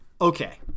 okay